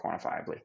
quantifiably